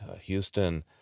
Houston